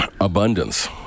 abundance